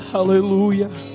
Hallelujah